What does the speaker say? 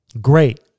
Great